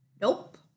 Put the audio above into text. Nope